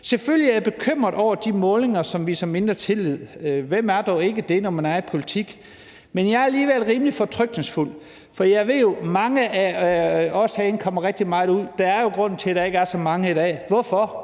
Selvfølgelig er jeg bekymret over de målinger, som viser mindre tillid. Hvem er dog ikke det, når man er i politik? Men jeg er alligevel rimelig fortrøstningsfuld, for jeg ved jo, at mange af os herinde kommer meget rundtomkring – der er jo en grund til, at der ikke er så mange her i dag, og